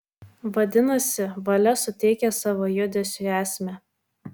vadinasi valia suteikia savo judesiui esmę